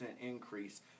increase